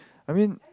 I mean